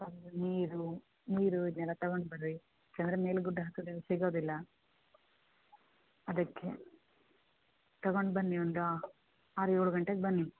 ನೀರು ನೀರು ಇದನ್ನೆಲ್ಲ ತಗೊಂಡು ಬರ್ರಿ ಯಾಕಂದರೆ ಮೇಲೆ ಗುಡ್ಡ ಹತ್ತೊದರಿಂದ ಸಿಗೋದಿಲ್ಲ ಅದಕ್ಕೆ ತಗೊಂಡು ಬನ್ನಿ ಒಂದು ಆರು ಏಳು ಗಂಟೆಗೆ ಬನ್ನಿ